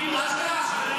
אני אומר לך מראש,